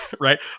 right